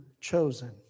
chosen